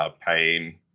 Pain